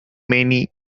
many